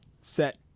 set